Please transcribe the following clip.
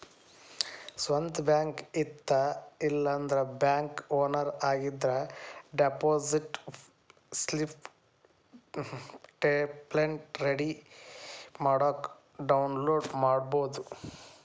ಸ್ವಂತ್ ಬ್ಯಾಂಕ್ ಇತ್ತ ಇಲ್ಲಾಂದ್ರ ಬ್ಯಾಂಕ್ ಓನರ್ ಆಗಿದ್ರ ಡೆಪಾಸಿಟ್ ಸ್ಲಿಪ್ ಟೆಂಪ್ಲೆಟ್ ರೆಡಿ ಮಾಡ್ಕೊಂಡ್ ಡೌನ್ಲೋಡ್ ಮಾಡ್ಕೊಬೋದು